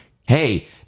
hey